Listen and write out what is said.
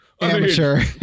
amateur